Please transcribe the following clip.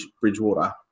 Bridgewater